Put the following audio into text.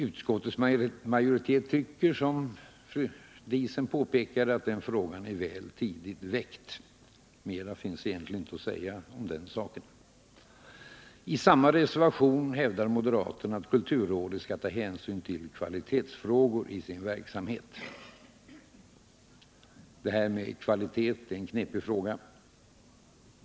Utskottets majoritet tycker, som fru Diesen påpekade, att den frågan är väl tidigt väckt. I samma reservation hävdar moderaterna att kulturrådet skall ta hänsyn till kvalitetsfrågor i sin verksamhet. Det här med kvalitet är en knepig fråga.